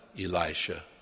Elisha